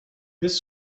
this